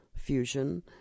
fusion